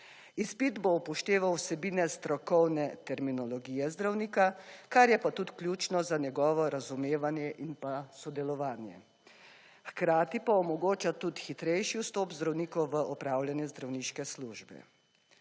Izpit bo upošteval vsebine strokovne terminologije zdravnika, kar je pa tudi ključno za njegovo razumevanje in sodelovanje. Hkrati pa omogoča tudi hitrejši vstop zdravnikov v opravljanje zdravniške službe.